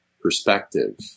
perspective